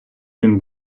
він